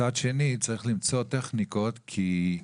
מצד שני צריך למצוא טכניקות כי,